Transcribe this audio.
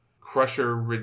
Crusher